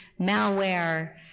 malware